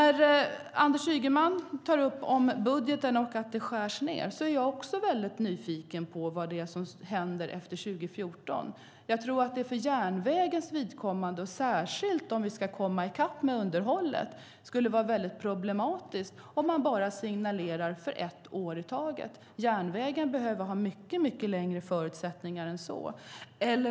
Anders Ygeman tar upp att det skärs ned i budgeten. Jag är också nyfiken på vad som händer efter 2014. För järnvägens vidkommande, särskilt om vi ska komma i kapp med underhållet, är det problematiskt om man signalerar för endast ett år i taget. Järnvägen behöver mycket längre perspektiv än så.